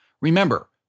Remember